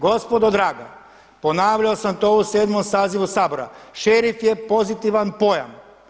Gospodo draga, ponavljao sam to u 7. sazivu Sabora, šerif je pozitivan pojam.